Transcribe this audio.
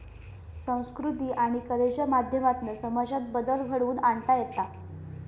संकृती आणि कलेच्या माध्यमातना समाजात बदल घडवुन आणता येता